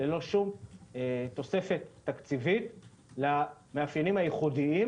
ללא שום תוספת תקציבית למאפיינים הייחודיים